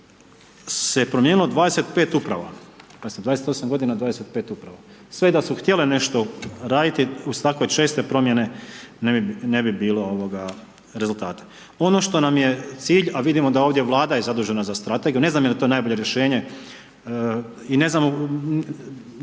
se promijenilo 25 uprava, pazite, 28 g., 25 uprava. Sve i da su htjele nešto raditi, uz takve česte promjene, ne bi bilo rezultata. Ono što nam je cilj a vidimo da ovdje Vlada je zadužena za strategiju, ne znam je li to najbolje rješenje ine znam